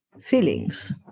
feelings